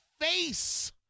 face